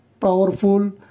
powerful